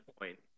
point